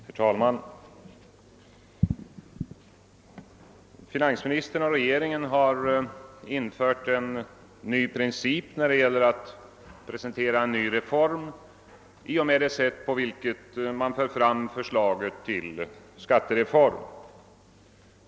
Herr talman! Finansministern och regeringen har infört en ny Princip när det gäller att presentera en ny reform i och med det sätt på vilket man för fram förslaget till skattereform.